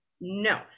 No